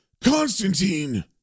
CONSTANTINE